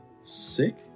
sick